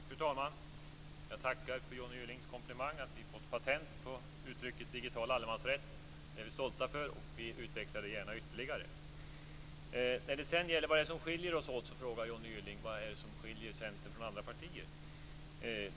Fru talman! Jag tackar för Johnny Gyllings komplimang, att vi har tagit patent på uttrycket digital allemansrätt. Det är vi stolta för och vill gärna utveckla det ytterligare. Johnny Gylling frågade vad det är som skiljer Centern från andra partier.